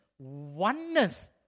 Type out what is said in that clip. oneness